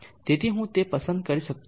તેથી હું તે પસંદ કરી શકતો નથી